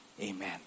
Amen